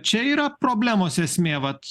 čia yra problemos esmė vat